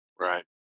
Right